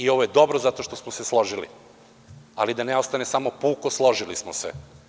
Ovo je dobro zato što smo se složili, ali da ne ostane samo puko složili smo se.